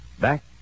back